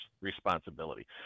responsibility